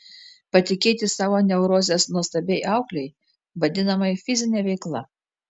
patikėti savo neurozes nuostabiai auklei vadinamai fizine veikla